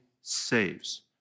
saves